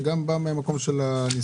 וגם בא מהמקום של הניסיון.